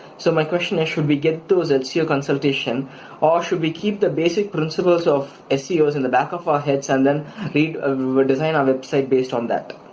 so my question is should we get those seo consultations or should we keep the basic principles of ah seo's in the back of our heads and then design our website based on that?